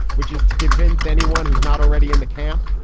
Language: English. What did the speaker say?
which is to convince anyone who's not already in the camp.